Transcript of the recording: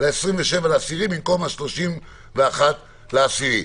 - ל-27.10 במקום ה- 31.10?